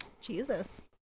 Jesus